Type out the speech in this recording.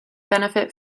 benefit